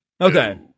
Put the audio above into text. Okay